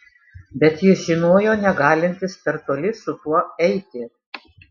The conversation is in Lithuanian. bet jis žinojo negalintis per toli su tuo eiti